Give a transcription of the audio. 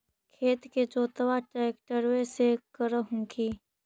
खेत के जोतबा ट्रकटर्बे से कर हू की?